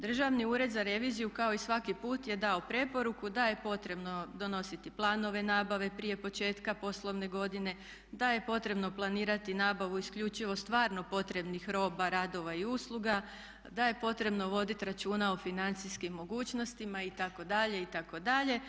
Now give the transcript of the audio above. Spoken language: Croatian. Državni ured za reviziju kao i svaki put je dao preporuku da je potrebno donositi planove nabave prije početka poslovne godine, da je potrebno planirati nabavu isključivo stvarno potrebnih roba, radova i usluga, da je potrebno voditi računa o financijskim mogućnostima itd. itd.